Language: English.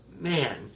man